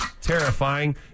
terrifying